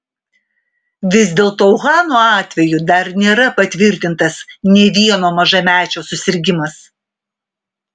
vis dėlto uhano atveju dar nėra patvirtintas nė vieno mažamečio susirgimas